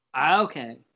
Okay